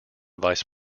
vice